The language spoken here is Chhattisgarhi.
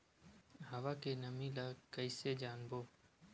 हवा के नमी ल कइसे जानबो?